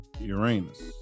Uranus